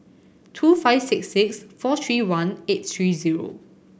two five six six four three one eight three zero